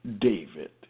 David